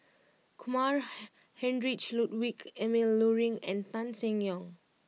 Kumar Heinrich Ludwig Emil Luering and Tan Seng Yong